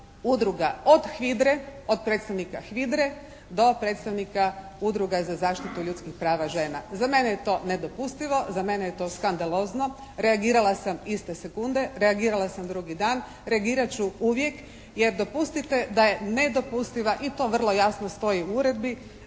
udruga od HVIDRA-e, od predstavnika HVIDRA-e do predstavnika Udruga za zaštitu ljudskih prava žena. Za mene je to nedopustivo. Za mene je to skandalozno. Reagirala sam iste sekunde. Reagirala sam drugi dan. Reagirat ću uvijek jer dopustite da je nedopustiva i to vrlo jasno stoji u Uredbi